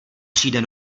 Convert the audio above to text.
přijde